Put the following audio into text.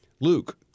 Luke